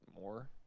more